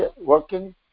working